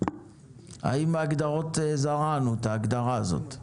האם זרענו את ההגדרה הזאת?